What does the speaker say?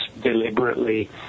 deliberately